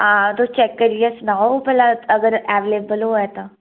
हां तुस चेक करियै सनाओ भला अगर अवैलेबल होए तां